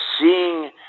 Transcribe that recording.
seeing